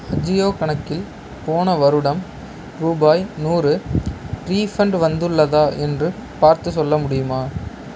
அஜியோ கணக்கில் போன வருடம் ரூபாய் நூறு ரீஃபண்ட் வந்துள்ளதா என்று பார்த்து சொல்ல முடியுமா